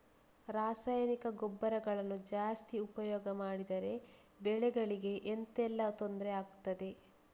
ರಾಸಾಯನಿಕ ಗೊಬ್ಬರಗಳನ್ನು ಜಾಸ್ತಿ ಉಪಯೋಗ ಮಾಡಿದರೆ ಬೆಳೆಗಳಿಗೆ ಎಂತ ಎಲ್ಲಾ ತೊಂದ್ರೆ ಆಗ್ತದೆ?